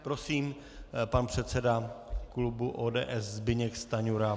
Prosím, pan předseda klubu ODS Zbyněk Stanjura.